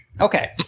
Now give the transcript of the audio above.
Okay